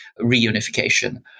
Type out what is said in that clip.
reunification